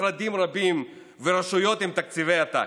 משרדים רבים ורשויות עם תקציבי עתק.